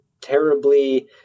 terribly